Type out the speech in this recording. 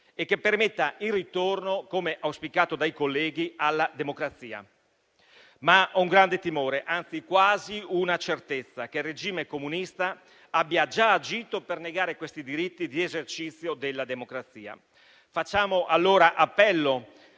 e che permetta il ritorno, come auspicato dai colleghi, alla democrazia. Ho però un grande timore, anzi quasi una certezza, ossia che il regime comunista abbia già agito per negare questi diritti di esercizio della democrazia. Facciamo allora appello